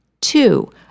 Two